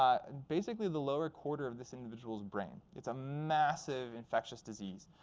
and basically, the lower quarter of this individual's brain. it's a massive infectious disease.